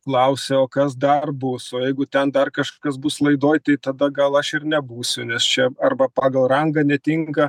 klausia o kas dar bus o jeigu ten dar kažkas bus laidoj tai tada gal aš ir nebūsiu nes čia arba pagal rangą netinka